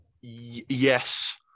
Yes